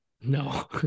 No